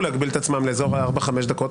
להגביל את עצמם לאזור הארבע-חמש דקות,